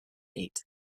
eight